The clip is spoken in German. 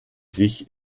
sich